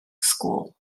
school